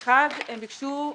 זה שהם ביקשו,